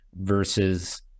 versus